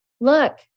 look